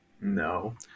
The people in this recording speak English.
No